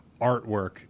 artwork